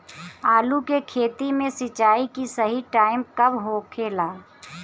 आलू के खेती मे सिंचाई के सही टाइम कब होखे ला?